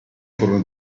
furono